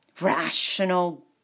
rational